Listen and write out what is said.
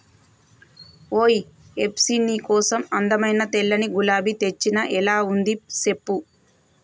ఓయ్ హెప్సీ నీ కోసం అందమైన తెల్లని గులాబీ తెచ్చిన ఎలా ఉంది సెప్పు